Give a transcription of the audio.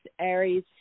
Aries